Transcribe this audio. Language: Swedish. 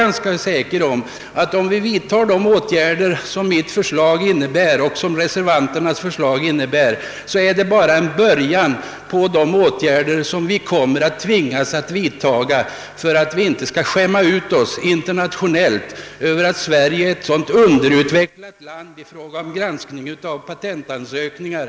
Jag är säker på att de åtgärder som mitt och reservanternas förslag innebär bara är en början till åtgärder som vi kommer att tvingas vidta för att Sverige inte skall skämma ut sig internationellt som ett underutvecklat land i fråga om granskningen av patentansökningar.